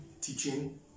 teaching